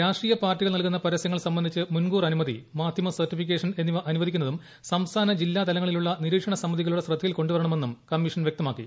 രാഷ്ട്രീയ പാർട്ടികൾ നൽകുന്ന പരസ്യങ്ങൾക്ക് സ്ലംബന്ധിച്ച് മുൻകൂർ അനുമതി മാധ്യമ സർട്ടിഫിക്കേഷൻ എന്നിവ അനുവദിക്കുന്നതും സംസ്ഥാന ജില്ലാ തലങ്ങളിലുള്ള നിരീക്ഷണ സമിതികളുടെ ശ്രദ്ധയിൽ കൊണ്ടുവരണ്ണ്മെന്നും കമ്മീഷൻ വ്യക്തമാക്കി